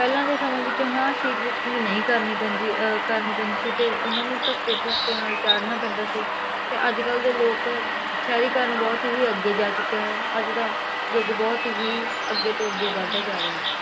ਪਹਿਲਾਂ ਦੇ ਸਮਾਂ ਵਿੱਚੋਂ ਹਾਂ ਸੀਟ ਬੁਕਿੰਗ ਨਹੀਂ ਕਰਨੀ ਪੈਂਦੀ ਕਰਨੀ ਪੈਂਦੀ ਸੀ ਅਤੇ ਉਹਨਾਂ ਨੂੰ ਧੱਕੇ ਧੋਕੇ ਨਾਲ ਚਾੜਨਾ ਪੈਂਦਾ ਸੀ ਅਤੇ ਅੱਜ ਕੱਲ੍ਹ ਦੇ ਲੋਕ ਸ਼ਹਿਰੀਕਰਨ ਬਹੁਤ ਹੀ ਅੱਗੇ ਜਾ ਚੁੱਕਿਆ ਹੈ ਅੱਜ ਦਾ ਯੁੱਗ ਬਹੁਤ ਹੀ ਅੱਗੇ ਤੋਂ ਅੱਗੇ ਵੱਧਦਾ ਜਾ ਰਿਹਾ